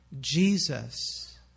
Jesus